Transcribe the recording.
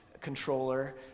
controller